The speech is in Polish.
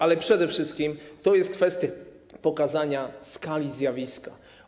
Ale przede wszystkim to jest kwestia pokazania skali zjawiska.